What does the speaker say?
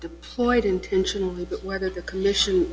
deployed intentionally but whether the commission